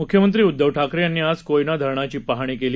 मुख्यमंत्री उद्दव ठाकरे यांनी आज कोयना धरणाची पाहणी केली